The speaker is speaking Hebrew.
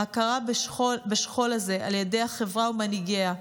ההכרה בשכול הזה על ידי החברה ומנהיגיה.